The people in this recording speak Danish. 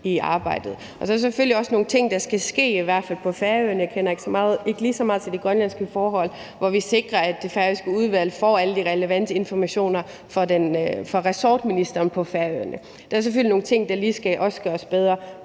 i arbejdet. Og så er der selvfølgelig også nogle ting, der skal ske, i hvert fald på Færøerne – jeg kender ikke lige så meget til de grønlandske forhold – hvor vi sikrer, at det færøske udvalg får alle de relevante informationer fra ressortministeren på Færøerne. Der er selvfølgelig nogle ting, der også lige skal gøres bedre